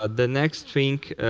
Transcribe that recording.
ah the next thing,